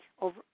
over